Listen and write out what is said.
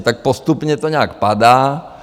Tak postupně to nějak padá.